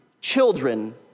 children